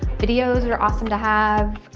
videos are awesome to have.